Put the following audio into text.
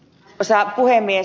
arvoisa puhemies